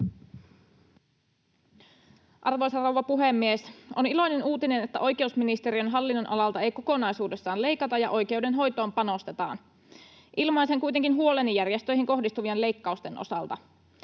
Arvoisa rouva puhemies! On iloinen uutinen, että oikeusministeriön hallinnonalalta ei kokonaisuudessaan leikata ja oikeudenhoitoon panostetaan. Ilmaisen kuitenkin huoleni järjestöihin kohdistuvien leikkausten osalta.